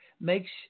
makes